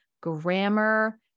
grammar